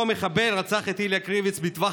אותו מחבל רצח את איליה קריביץ' מטווח